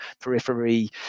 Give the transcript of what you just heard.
periphery